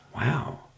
Wow